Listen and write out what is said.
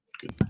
Good